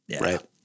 right